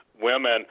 women